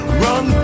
run